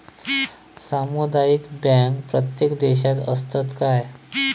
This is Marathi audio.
सामुदायिक बँक प्रत्येक देशात असतत काय?